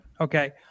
Okay